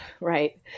right